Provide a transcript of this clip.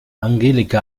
angelika